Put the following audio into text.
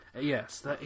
yes